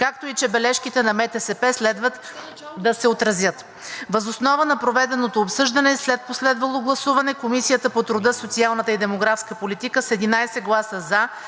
като и бележките на МТСП следва да се отразят. Въз основа на проведеното обсъждане и след последвалото гласуване Комисията по труда, социалната и демографската политика с 11 гласа